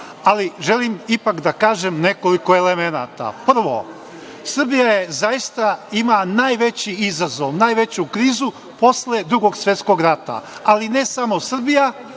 ali želim ipak da kažem nekoliko elemenata. Prvo, Srbija ima najveći izazov, najveću krizu posle Drugog svetskog rata, ali ne samo Srbija,